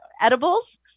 edibles